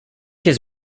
his